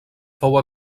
fou